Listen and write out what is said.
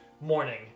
morning